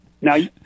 Now